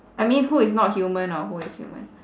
I mean who is not human or who is human